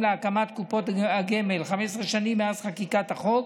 להקמת קופות הגמל 15 שנים מאז חקיקת החוק,